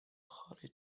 خارج